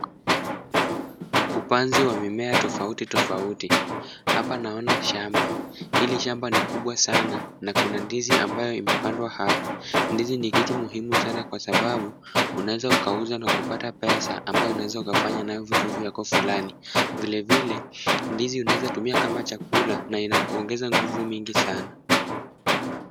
Upanzi wa mimea tofauti tofauti. Hapa naona shamba. Hili shamba ni kubwa sana na kuna ndizi ambayo imepandwa hapa. Ndizi ni kitu muhimu sana kwa sababu, unaweza ukauza na kupata pesa ambayo unaweza ukafanya nayo vitu vyako fulani. Vilevile ndizi unaweza tumia kama chakula na inakuongeza nguvu mingi sana.